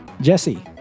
Jesse